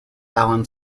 allen